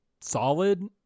solid